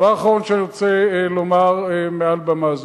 הדבר האחרון שאני רוצה לומר מעל במה זו: